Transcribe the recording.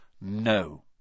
No